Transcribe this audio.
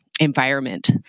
environment